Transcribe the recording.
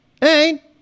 Hey